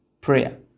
prayer